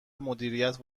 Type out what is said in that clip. مدیریت